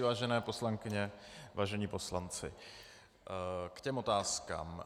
Vážené poslankyně, vážení poslanci, k těm otázkám.